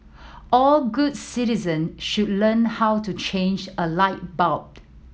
all good citizen should learn how to change a light bulb